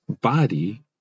body